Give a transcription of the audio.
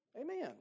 Amen